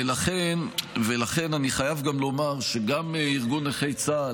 ולכן אני חייב גם לומר שגם ארגון נכי צה"ל,